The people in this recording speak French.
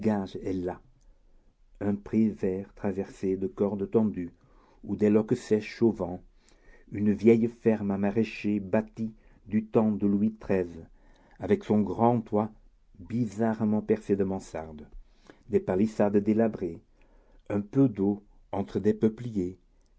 un pré vert traversé de cordes tendues où des loques sèchent au vent une vieille ferme à maraîchers bâtie du temps de louis xiii avec son grand toit bizarrement percé de mansardes des palissades délabrées un peu d'eau entre des peupliers